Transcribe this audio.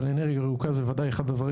אבל אנרגיה ירוקה זה ודאי אחד הדברים